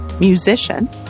Musician